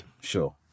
Sure